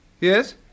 Yes